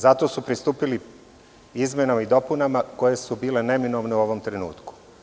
Zato su pristupili izmenama i dopunama koje su bile neminovne u ovom trenutku.